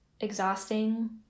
exhausting